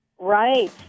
Right